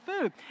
food